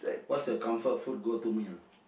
what's your comfort food go to meal